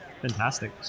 Fantastic